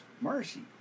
Mercy